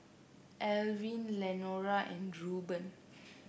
Elwin Lenora and Reuben